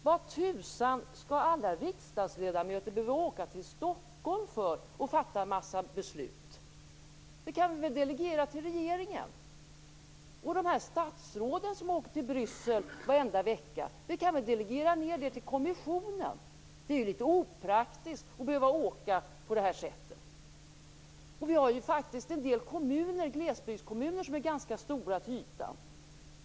Varför tusan skall alla riksdagsledamöter behöva åka till Stockholm och fatta en massa beslut? Det kan vi väl delegera till regeringen? Och statsråden som åker till Bryssel varenda vecka - det kan vi väl delegera ned till kommissionen? Det är ju litet opraktiskt att behöva åka på det sättet. Och vi har ju faktiskt en del glesbygdskommuner som är ganska stora till ytan.